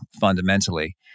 fundamentally